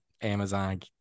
Amazon